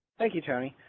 thank you, tony.